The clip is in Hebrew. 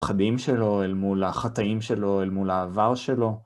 פחדים שלו אל מול החטאים שלו אל מול העבר שלו.